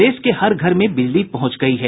प्रदेश के हर घर में बिजली पहुंच गयी है